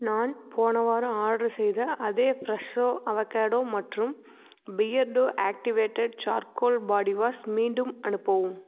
நான் போன வாரம் ஆர்டர் செய்த அதே ஃப்ரெஷோ அவகேடோ மற்றும் பியர்டோ ஆக்டிவேட்டட் சார்கோல் பாடிவாஷ் மீண்டும் அனுப்பவும்